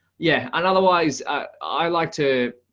yeah, and otherwise i like to,